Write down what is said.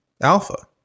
Alpha